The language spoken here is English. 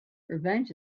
revenge